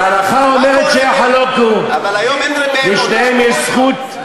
אז ההלכה אומרת שיחלוקו, לשניהם יש זכות.